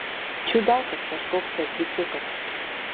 čiudakas kažkoks tas bičiukas